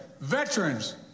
Veterans